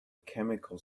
chemical